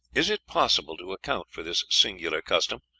is it possible to account for this singular custom,